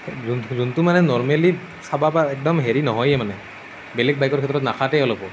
যোনটো যোনটো মানে নৰমেলি চাব পৰা একদম হেৰি নহয়েই মানে বেলেগ বাইকৰ ক্ষেত্ৰত নাখাতে অলপো